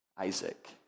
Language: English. Isaac